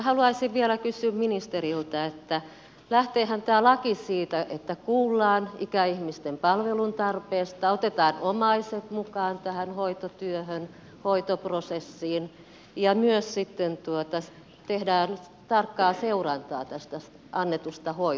haluaisin vielä kysyä ministeriltä että lähteehän tämä laki siitä että kuullaan ikäihmisten palveluntarpeesta otetaan omaiset mukaan tähän hoitotyöhön hoitoprosessiin ja myös tehdään tarkkaa seurantaa tästä annetusta hoidosta